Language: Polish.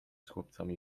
chłopcami